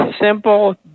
simple